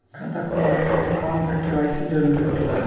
खाता खोलवाये खातिर कौन सा के.वाइ.सी जरूरी होला?